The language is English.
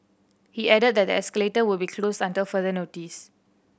he added that the escalator would be closed until further notice